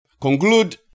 conclude